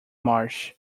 marsh